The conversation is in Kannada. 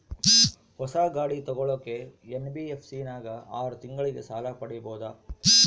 ಹೊಸ ಗಾಡಿ ತೋಗೊಳಕ್ಕೆ ಎನ್.ಬಿ.ಎಫ್.ಸಿ ನಾಗ ಆರು ತಿಂಗಳಿಗೆ ಸಾಲ ಪಡೇಬೋದ?